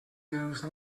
use